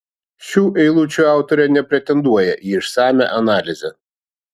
šių eilučių autorė nepretenduoja į išsamią analizę